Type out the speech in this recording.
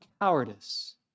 cowardice